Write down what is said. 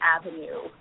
avenue